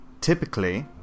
typically